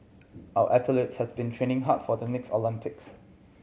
our athletes has been training hard for the next Olympics